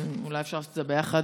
אולי אפשר לעשות את זה ביחד.